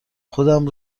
خودم